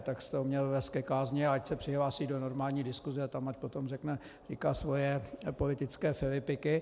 Tak jste ho měl vést ke kázni a ať se přihlásí do normální diskuse a tam ať potom říká svoje politické filipiky.